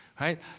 right